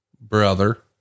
brother